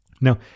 Now